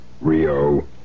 Rio